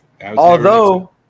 Although-